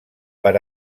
per